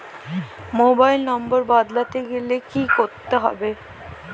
Mobile number বদলাতে গেলে কি করতে হবে?